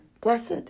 blessed